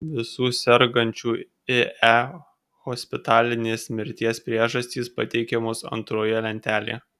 visų sergančiųjų ie hospitalinės mirties priežastys pateikiamos antroje lentelėje